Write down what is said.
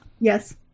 Yes